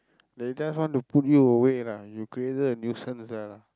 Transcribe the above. they just want to put you away lah you created a nuisance lah